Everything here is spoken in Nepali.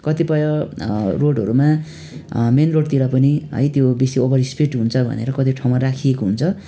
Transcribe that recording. कतिपय रोडहरूमा मेन रोडतिर पनि है त्यो बेसी ओभर स्पिड हुन्छ भनेर कति ठाउँमा राखिएको हुन्छ